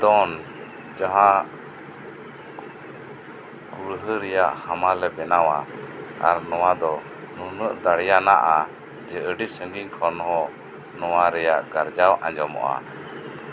ᱫᱚᱱ ᱡᱟᱦᱟᱸ ᱠᱩᱲᱦᱟᱹ ᱨᱮᱭᱟᱜ ᱦᱟᱢᱟᱞᱮ ᱵᱮᱱᱟᱣᱟ ᱟᱨ ᱱᱚᱶᱟ ᱫᱚ ᱱᱩᱱᱟᱹᱜ ᱫᱟᱲᱮᱭᱟᱱᱟᱜᱼᱟ ᱡᱮ ᱟᱹᱰᱤ ᱥᱟᱺᱜᱤᱧ ᱠᱷᱚᱱ ᱦᱚᱸ ᱱᱚᱶᱟ ᱨᱮᱭᱟᱜ ᱜᱟᱨᱡᱟᱣ ᱟᱸᱡᱚᱢᱚᱜᱼᱟ